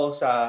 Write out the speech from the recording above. sa